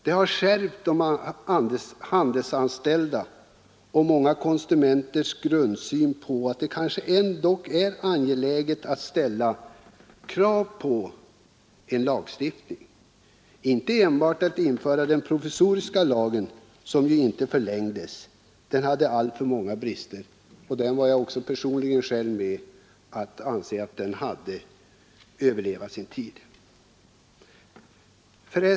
Detta har skärpt de handelsanställdas inställning, och många konsumenters grundsyn har ändrats, De tycker att det kanske ändock är angeläget att ställa krav på en lagstiftning. Det gäller inte enbart att införa den provisoriska lagen, som inte förlängdes, den hade alltför många brister. Jag anser personligen att den hade överlevat sin tid.